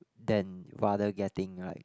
than rather getting like